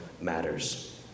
matters